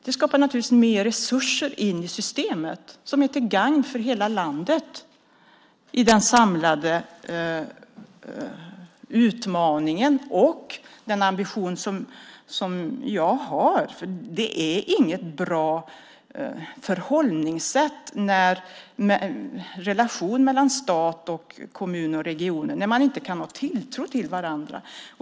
Det skapar naturligtvis mer resurser in i systemet, som är till gagn för hela landet med tanke på den samlade utmaningen och den ambition som jag har. Det är inget bra förhållningssätt när man i relation mellan stat, kommun och region inte kan ha tilltro till varandra.